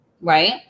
right